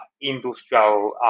industrial